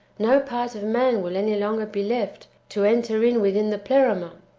no part of man will any longer be left to enter in within the pleroma.